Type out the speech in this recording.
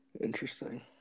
Interesting